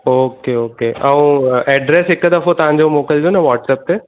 okay okay ऐं address हिकु दफ़ो तव्हांजो मोकिलिजो न व्होट्सप ते